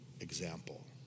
example